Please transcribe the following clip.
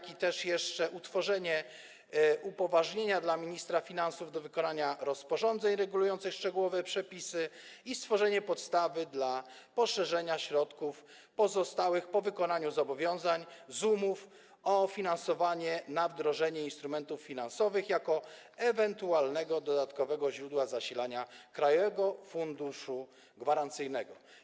Kolejne z nich to: wprowadzenie upoważnienia dla ministra finansów do wydawania rozporządzeń regulujących szczegółowe przepisy oraz stworzenie podstawy dla przeznaczenia środków pozostałych po wykonaniu zobowiązań z umów o finansowanie na wdrażanie instrumentów finansowych jako ewentualnego dodatkowego źródła zasilania Krajowego Funduszu Gwarancyjnego.